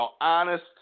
honest